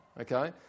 okay